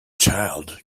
child